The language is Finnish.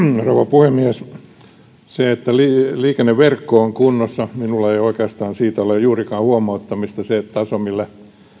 rouva puhemies liikenneverkko on kunnossa minulla ei oikeastaan siitä ole juurikaan huomauttamista se taso millä